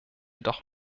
doch